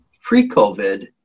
pre-COVID